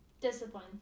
Discipline